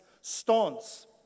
stance